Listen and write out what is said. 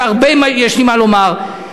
שהרבה יש לי מה לומר עליה,